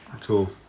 Cool